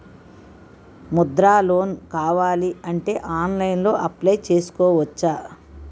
Mudra loan కావాలి అంటే ఆన్లైన్లో అప్లయ్ చేసుకోవచ్చా?